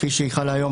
כפי שהיא חלה היום,